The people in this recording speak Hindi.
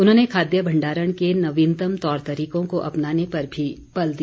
उन्होंने खाद्य भण्डारण के नवीनतम तौर तरीकों को अपनाने पर भी बल दिया